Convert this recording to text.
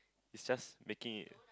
it's just making it